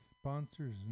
sponsor's